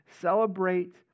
celebrate